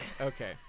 Okay